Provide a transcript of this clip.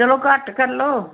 चलो घट्ट करी लैओ